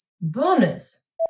Bonus